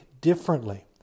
differently